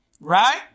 right